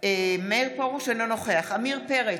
עמיר פרץ,